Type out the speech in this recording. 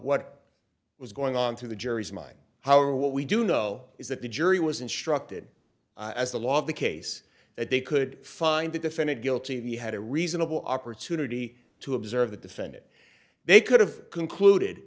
what was going on through the jury's mind however what we do know is that the jury was instructed as the law of the case that they could find the defendant guilty of you had a reasonable opportunity to observe the defendant they could have concluded